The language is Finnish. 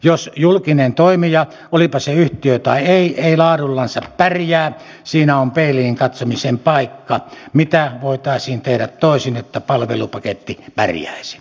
jos julkinen toimija olipa se yhtiö tai ei ei laadullansa pärjää siinä on peiliin katsomisen paikka mitä voitaisiin tehdä toisin että palvelupaketti pärjäisi